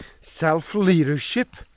Self-leadership